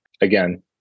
again